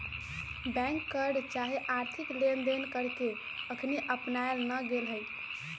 bank कर चाहे आर्थिक लेनदेन कर के अखनी अपनायल न गेल हइ